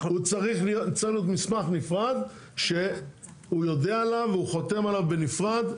הוא צריך להיות מסמך נפרד שהוא יודע עליו והוא חותם עליו בנפרד.